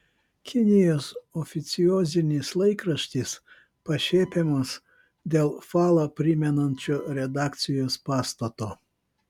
kinijos oficiozinis laikraštis pašiepiamas dėl falą primenančio redakcijos pastato